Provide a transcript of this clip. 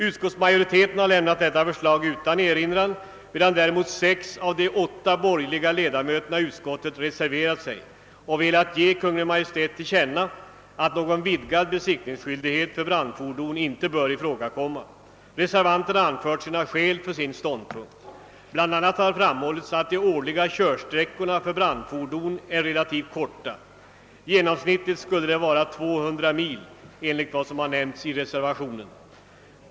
Utskottsmajoriteten har lämnat detta förslag utan erinran, medan däremot sex av de åtta borgerliga ledamöterna i utskottet reserverat sig och velat ge Kungl. Maj:t till känna att någon vidgad besittningsskyldighet för brandfordon icke bör ifrågakomma. Reservanterna har anfört sina skäl för sin ståndpunkt. Bl. a. har framhållits att de årliga körsträckorna för brandfordon är relativt korta — i genomsnitt 200 mil, enligt vad som har nämnts i reservationen.